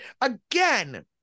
again